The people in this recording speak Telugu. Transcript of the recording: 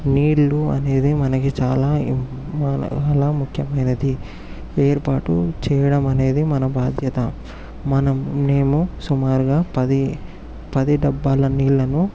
నీళ్లు అనేది మనకి చాలా ఇంమ్ చాలా ముఖ్యమైనది ఏర్పాటు చేయడం అనేది మన బాధ్యత మనం నేమో సుమారుగా పది పది డబ్బాల నీళ్లను